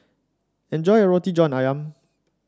enjoy your Roti John ayam